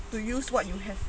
to use what you have